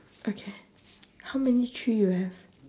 okay how many tree you have